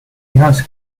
has